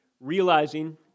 realizing